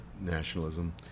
nationalism